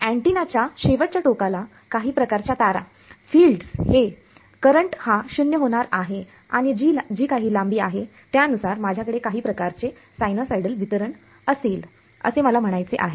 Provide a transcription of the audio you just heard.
तर अँटिना च्या शेवटच्या टोकाला काही प्रकार च्या तारा फिल्ड हे करंट हा 0 होणार आहे आणि जी काही लांबी आहे त्यानुसार माझ्याकडे काही प्रकारचे सायनोसॉइडल वितरण असेल असे मला म्हणायचे आहे